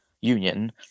Union